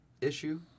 issue